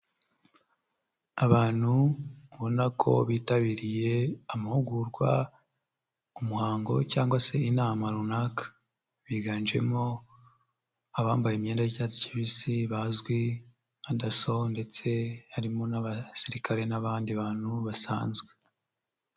Abantu ubona ko bitabiriye amahugurwa, umuhango cyangwa se inama runaka biganjemo abambaye imyenda y'icyatsi kibisi bazwi nka daso ndetse harimo n'abasirikare n'abandi bantu basanzwe.